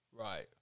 Right